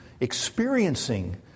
experiencing